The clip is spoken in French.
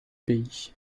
pays